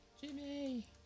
Jimmy